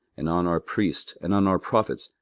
and on our priests, and on our prophets,